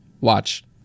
watch